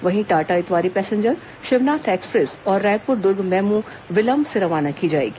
वहीं Tata Itwari passenger Shivnath express और Raipur Durg MEMU विलंब से रवाना की जाएगी